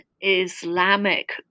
Islamic